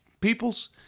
peoples